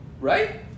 Right